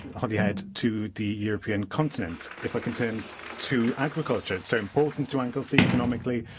holyhead to the european continent. if i can turn to agriculture, it's so important to anglesey economically,